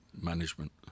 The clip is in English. management